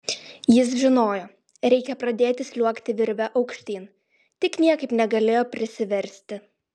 jis žinojo reikia pradėti sliuogti virve aukštyn tik niekaip negalėjo prisiversti